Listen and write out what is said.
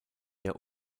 der